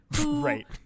Right